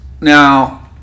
now